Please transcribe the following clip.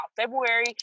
February